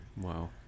wow